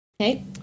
Okay